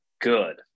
good